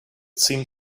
seemed